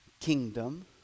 kingdom